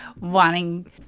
wanting